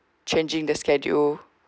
changing the schedule